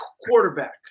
quarterback